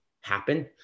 happen